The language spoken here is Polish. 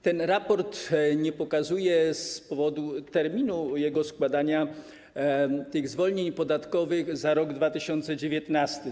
Ten raport nie pokazuje z powodu terminu jego składania tych zwolnień podatkowych za rok 2019.